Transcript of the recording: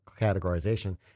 categorization